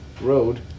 road